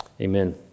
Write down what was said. amen